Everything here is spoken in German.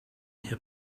herr